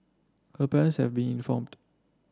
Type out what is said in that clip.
her parents have been informed